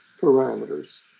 parameters